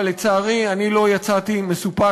אבל לצערי אני לא יצאתי מסופק.